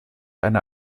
eine